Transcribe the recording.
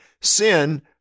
Sin